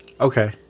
Okay